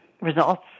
results